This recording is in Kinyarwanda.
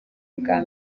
bwa